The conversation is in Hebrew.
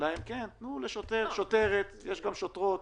שוטר או שוטרת,